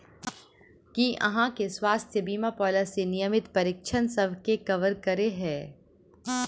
की अहाँ केँ स्वास्थ्य बीमा पॉलिसी नियमित परीक्षणसभ केँ कवर करे है?